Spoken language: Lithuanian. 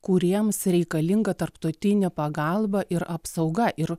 kuriems reikalinga tarptautinė pagalba ir apsauga ir